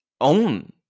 own